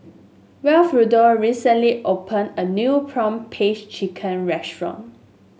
Wilfredo recently opened a new prawn paste chicken restaurant